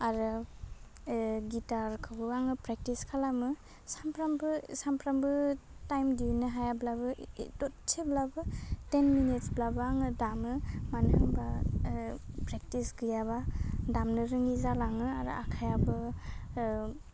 आरो ओह गिटारखौबो आङो प्रेक्टिस खालामो सानफ्रामबो सामफ्रामबो टाइम दिहुन्नो हायाब्लाबो ददसेब्लाबो टेन मिनिट्सब्लाबो आङो दामो मानो होमबा ओह प्रेक्टिस गैयाबा दामनो रोंयि जालाङो आरो आखाइयाबो ओह